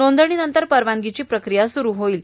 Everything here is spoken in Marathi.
नोंदणीनंतर परवानगीची प्रकिया सुरू होईल